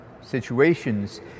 situations